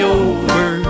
over